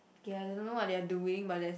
okay I don't know what they doing but there's